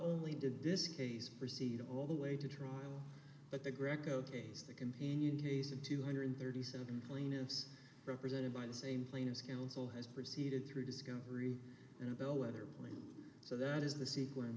only did this case proceed all the way to trial but the greco case the companion hasan two hundred thirty seven plaintiffs represented by the same plane as counsel has proceeded through discovery and a bellwether so that is the sequence